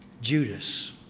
Judas